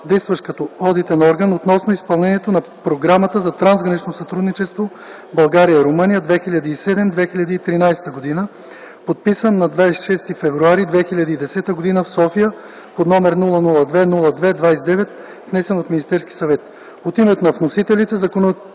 действащ като одитен орган, относно изпълнението на програмата за трансгранично сътрудничество България – Румъния (2007-2013 г.), подписан на 26 февруари 2010 г. в София, № 002-02-29, внесен от Министерския съвет.